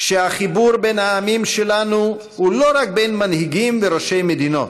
שהחיבור בין העמים שלנו הוא לא רק בין מנהיגים וראשי מדינות,